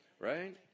Right